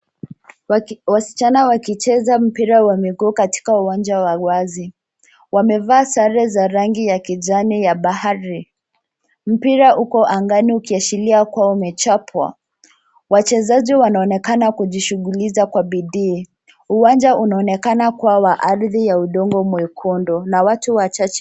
Wasichana wakicheza mpira wa miguu katika uwanja wa wazi. Wamevaa sare za rangi ya kijani ya bahari. Mpira uko angani ukiashiria kuwa umechapwa. wachezaji wanaonekana kujishugulisha kwa bidii. Uwanja unaonekana kuwa wa ardhi ya udongo mwekundu na watu wachache.